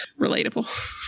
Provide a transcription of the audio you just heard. relatable